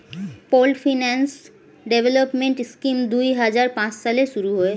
pooled finance development scheme দুই হাজার পাঁচ সালে শুরু হয়